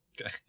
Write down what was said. Okay